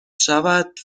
شود